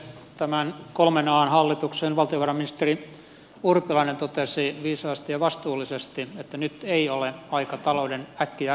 tämän kolmen an hallituksen valtiovarainministeri urpilainen totesi viisaasti ja vastuullisesti että nyt ei ole aika talouden äkkijarrutuksen